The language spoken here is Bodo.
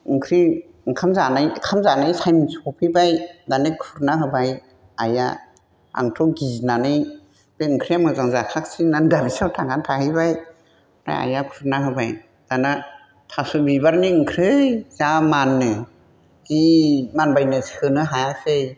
ओंख्रि ओंखाम जानाय ओंखाम जानाय टाइम सफैबाय दाने खुरना होबाय आइआ आंथ' गिनानै बे ओंख्रिया मोजां जाखायासै होननानै दाबसेयाव थांनानै थाहैबाय ओमफ्राय आइआ खुरनान होबाय दाना थास' बिबारनि ओंख्रि जा मानो जि मानबायनो सोनो हायासै